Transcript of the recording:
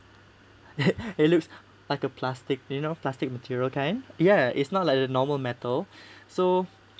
it looks like a plastic you know plastic material kind ya it's not like the normal metal so